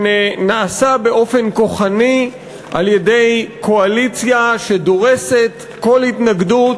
שנעשה באופן כוחני על-ידי קואליציה שדורסת כל התנגדות.